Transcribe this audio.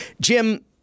Jim